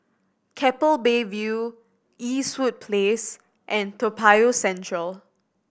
Keppel Bay View Eastwood Place and Toa Payoh Central